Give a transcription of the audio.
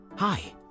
Hi